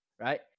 Right